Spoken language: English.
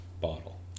bottle